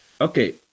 Okay